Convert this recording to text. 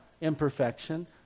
Imperfection